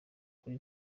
kuri